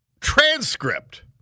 transcript